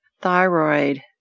Thyroid